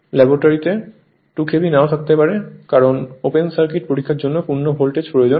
ল্যাবরেটরিতে 2 KV নাও থাকতে পারে কারণ ওপেন সার্কিট পরীক্ষার জন্য পূর্ণ ভোল্টেজ প্রয়োজন